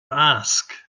ask